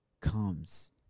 comes